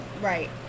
Right